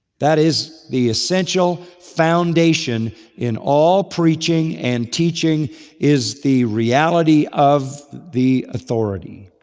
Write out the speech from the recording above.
that is the essential foundation in all preaching and teaching is the reality of the authority.